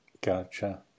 Gotcha